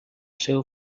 seu